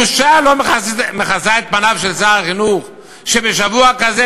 בושה לא מכסה את פניו של שר החינוך שבשבוע כזה